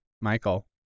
Michael